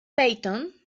peyton